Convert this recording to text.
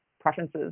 preferences